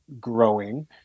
growing